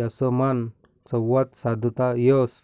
यासनामा संवाद साधता येस